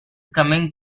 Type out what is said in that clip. coming